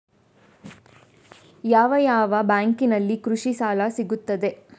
ಯಾವ ಯಾವ ಬ್ಯಾಂಕಿನಲ್ಲಿ ಕೃಷಿ ಸಾಲ ಸಿಗುತ್ತದೆ?